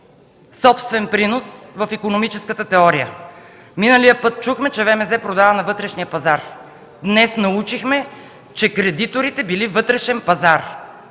собствен принос в икономическата теория. Миналия път чухме, че ВМЗ продава на вътрешния пазар. Днес научихме, че кредиторите били от вътрешен пазар.